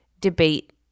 debate